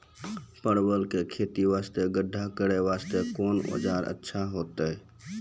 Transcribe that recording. परवल के खेती वास्ते गड्ढा करे वास्ते कोंन औजार अच्छा होइतै?